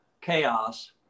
chaos